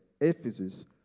Ephesus